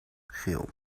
geel